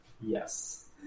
Yes